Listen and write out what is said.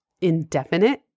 indefinite